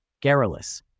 Garrulous